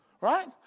Right